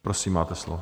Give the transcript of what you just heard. Prosím, máte slovo.